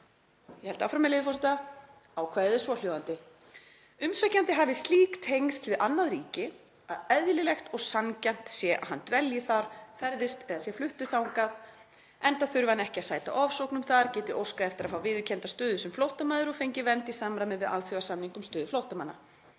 Ég held áfram, með leyfi forseta: „Ákvæðið er svohljóðandi: Umsækjandi hafi slík tengsl við annað ríki að eðlilegt og sanngjarnt sé að hann dvelji þar, ferðist eða sé fluttur þangað enda þurfi hann ekki að sæta ofsóknum þar, geti óskað eftir að fá viðurkennda stöðu sem flóttamaður og fengið vernd í samræmi við alþjóðasamning um stöðu flóttamanna.